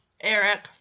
Eric